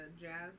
Jazz